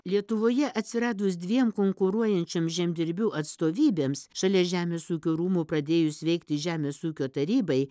lietuvoje atsiradus dviem konkuruojančiom žemdirbių atstovybėms šalia žemės ūkio rūmų pradėjus veikti žemės ūkio tarybai